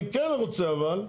אני כן רוצה אבל,